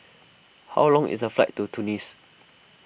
how long is the flight to Tunis